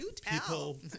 people